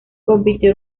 compitió